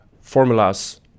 formulas